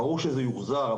אמנם ברור שהכסף יוחזר,